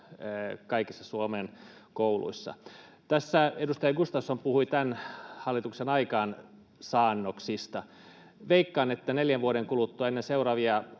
kaikissa Suomen kouluissa. Tässä edustaja Gustafsson puhui tämän hallituksen aikaansaannoksista. Veikkaan, että neljän vuoden kuluttua, ennen seuraavia